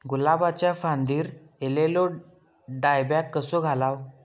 गुलाबाच्या फांदिर एलेलो डायबॅक कसो घालवं?